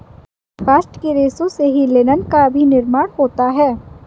bast के रेशों से ही लिनन का भी निर्माण होता है